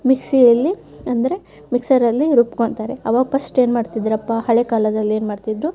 ಮಿಕ್ಸಿಯಲ್ಲಿ ಅಂದರೆ ಮಿಕ್ಸರಲ್ಲಿ ರುಬ್ಕೊಳ್ತಾರೆ ಆವಾಗ ಫಸ್ಟ್ ಏನು ಮಾಡ್ತಿದ್ದರಪ್ಪ ಹಳೆ ಕಾಲದಲ್ಲಿ ಏನು ಮಾಡ್ತಿದ್ರು